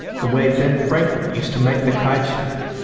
the way ben franklin used to make the kite-string.